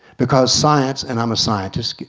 because science, and i'm a scientist,